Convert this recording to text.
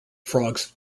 frogs